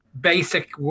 basic